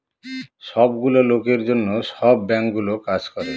সব গুলো লোকের জন্য সব বাঙ্কগুলো কাজ করে